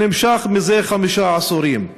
שנמשך זה חמישה עשורים.